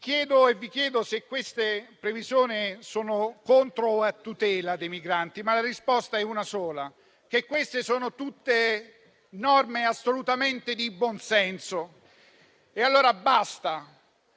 vi chiedo se queste previsioni sono contro o a tutela dei migranti, ma la risposta è una sola: tutte queste norme sono assolutamente di buon senso. Che si